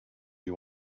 you